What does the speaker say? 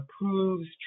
approves